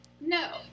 No